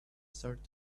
starts